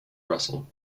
russell